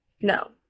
No